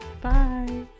Bye